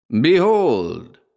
Behold